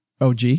OG